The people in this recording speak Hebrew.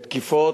בתקיפות,